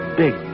big